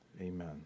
Amen